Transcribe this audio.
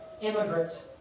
Immigrant